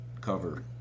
cover